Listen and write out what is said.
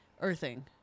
earthing